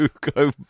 go